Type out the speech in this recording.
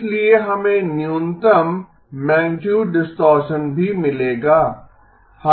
इसलिए हमें न्यूनतम मैगनीटुड डिस्टॉरशन भी मिलेगा